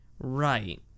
Right